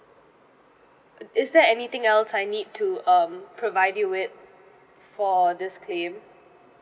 it is there anything else I need to um provide you with for this claim